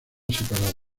separada